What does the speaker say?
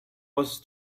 was